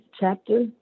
chapter